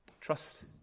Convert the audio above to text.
Trust